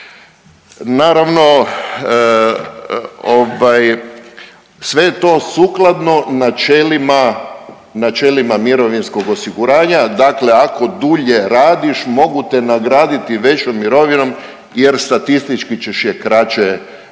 Naravno sve to sukladno načelima mirovinskog osiguranja, dakle ako dulje radiš mogu te nagraditi većom mirovinom jer statistički ćeš je kraće